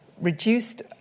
reduced